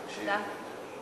תודה.